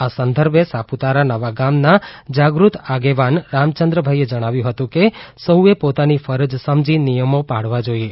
આ સંદર્ભે સાપુતારા નવાગામના જાગૃત આગેવાન રામચંદ્ર ભાઈ જણાવ્યું હતું કે સૌ એ પોતાની ફરજ સમજી નિયમો પાળવા જોઈએ